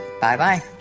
Bye-bye